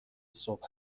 صبح